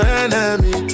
enemy